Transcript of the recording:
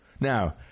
Now